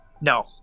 No